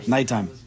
Nighttime